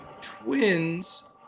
Twins